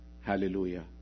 Hallelujah